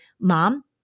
mom